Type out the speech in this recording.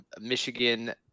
Michigan